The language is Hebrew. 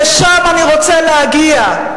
לשם אני רוצה להגיע.